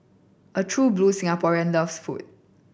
a true blue Singaporean loves food